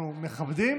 אנחנו מכבדים,